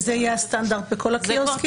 וזה יהיה הסטנדרט בכל הקיוסקים?